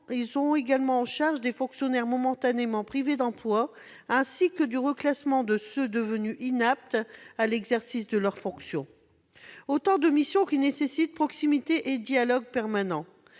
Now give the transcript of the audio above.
Ils sont également en charge des fonctionnaires momentanément privés d'emploi, ainsi que du reclassement de ceux devenus inaptes à l'exercice de leurs fonctions. Autant de missions qui nécessitent proximité et dialogue permanent.